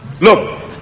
look